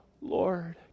Lord